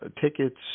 tickets